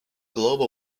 globe